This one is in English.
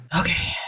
Okay